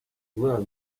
well